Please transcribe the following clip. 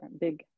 big